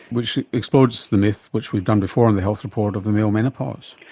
which explodes the myth which we've done before on the health report of the male menopause.